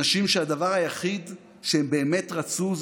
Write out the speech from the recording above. אנשים שהדבר היחיד שהם באמת רצו הוא